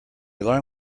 alarm